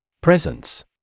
Presence